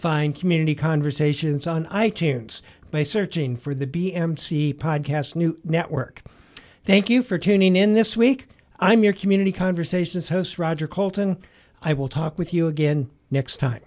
find community conversations on i tunes by searching for the b m c pod cast new network thank you for tuning in this week i'm your community conversations host roger colton i will talk with you again next time